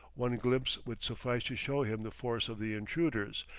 one glimpse would suffice to show him the force of the intruders,